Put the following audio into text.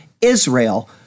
Israel